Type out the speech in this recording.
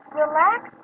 Relax